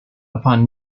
upon